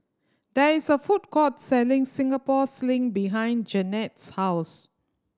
there is a food court selling Singapore Sling behind Jannette's house